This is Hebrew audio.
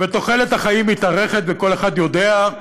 תוחלת החיים מתארכת, כל אחד יודע.